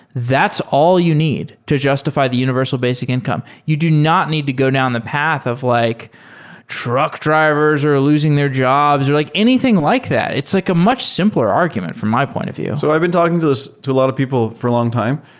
that's all you need to justify the universal basic income. you do not need to go down the path of like truck drivers are losing their jobs or like anything like that. it's like a much simpler argument from my point of view so i've been talking to a lot of people for a longtime,